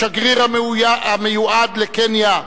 השגריר המיועד לקניה,